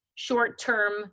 short-term